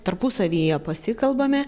tarpusavyje pasikalbame